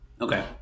Okay